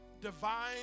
divine